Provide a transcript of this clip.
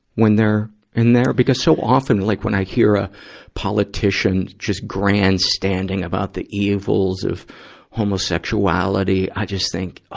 when they're in there? because so often, like when i hear a politician just grandstanding about the evils of homosexuality, i just think, oh,